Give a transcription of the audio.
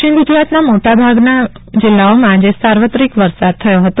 દક્ષિણ ગુજરાતના મોટાભાગના જિલ્લાઓમાં આજે સાર્વત્રિક વરસાદ થયો હતો